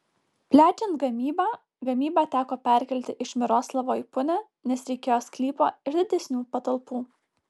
plečiant gamybą gamybą teko perkelti iš miroslavo į punią nes reikėjo sklypo ir didesnių patalpų